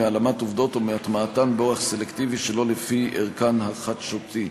מהעלמת עובדות או מהטמעתן באורח סלקטיבי שלא לפי ערכן החדשותי".